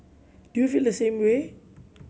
do you feel the same way